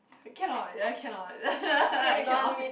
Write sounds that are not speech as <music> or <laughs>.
cannot ya cannot <laughs> I cannot